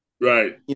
Right